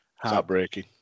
Heartbreaking